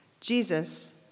Jesus